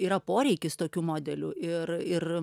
yra poreikis tokių modelių ir ir